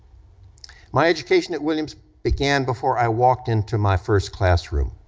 my education at williams began before i walked into my first classroom.